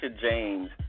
James